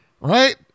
right